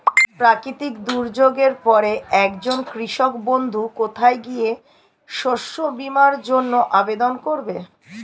প্রাকৃতিক দুর্যোগের পরে একজন কৃষক বন্ধু কোথায় গিয়ে শস্য বীমার জন্য আবেদন করবে?